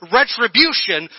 retribution